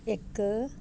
ਇੱਕ